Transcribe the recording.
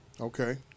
Okay